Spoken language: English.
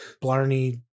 Blarney